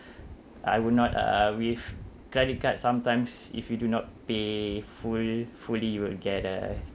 I will not uh with credit card sometimes if you do not pay full fully you will get uh